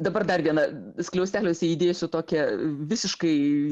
dabar dar viena skliausteliuose įdėsiu tokią visiškai